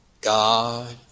God